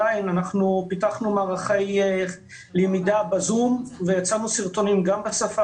פיתחנו מערכי למידה בזום ויצרנו סרטונים גם בשפה